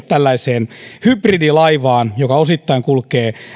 tällaiseen uuteen hybridilaivaan joka osittain kulkee